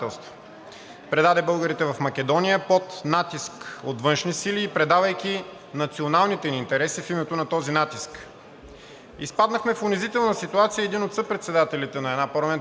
предаде българите в Македония под натиск от външни сили и предавайки националните ни интереси, в името на този натиск. Изпаднахме в унизителна ситуация – един от съпредседателите на една парламентарна